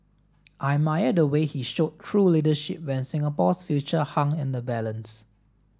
I admire the way he showed true leadership when Singapore's future hung in the balance